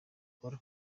paul